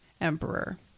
emperor